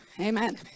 Amen